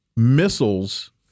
missiles